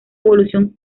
evolución